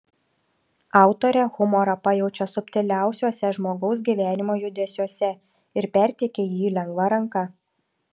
autorė humorą pajaučia subtiliausiuose žmogaus gyvenimo judesiuose ir perteikia jį lengva ranka